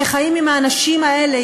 שחיים עם האנשים האלה,